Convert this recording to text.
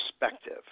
perspective